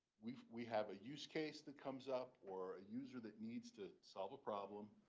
we we have a use case that comes up or a user that needs to solve a problem,